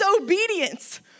obedience